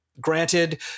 granted